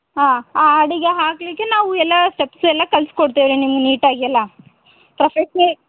ಹಾಂ ಆ ಹಾಡಿಗೆ ಹಾಕ್ಲಿಕೆ ನಾವು ಎಲ್ಲ ಸ್ಟೆಪ್ಸ್ ಎಲ್ಲ ಕಲ್ಸಿ ಕೊಡ್ತೇವ್ರಿ ನಿಮ್ಮ ನೀಟಾಗೆಲ್ಲ ಪ್ರೊಫೆಷನಲ್